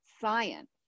science